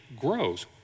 grows